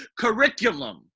curriculum